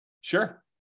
sure